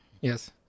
Yes